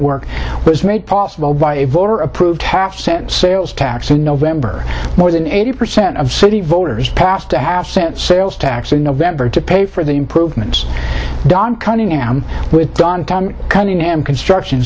work was made possible by a voter approved half cent sales tax in november more than eighty percent of city voters passed a half cent sales tax in november to pay for the improvements don coming out with gone cunningham construction